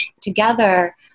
together